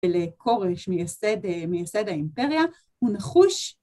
ולכורש מייסד... מייסד האימפריה, הוא נחוש ...